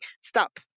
Stop